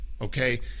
okay